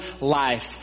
life